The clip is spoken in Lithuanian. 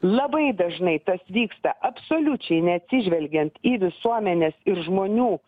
labai dažnai tas vyksta absoliučiai neatsižvelgiant į visuomenės ir žmonių